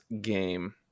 game